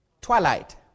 twilight